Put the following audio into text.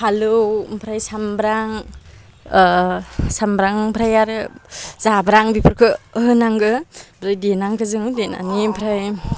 फालौ ओमफ्राय सामब्रां सामब्रां ओमफ्राय आरो जाब्रां बेफोरखौ होनांगो देनांगो जों देनानै ओमफ्राय